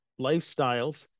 lifestyles